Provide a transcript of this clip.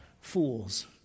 fools